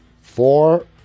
Four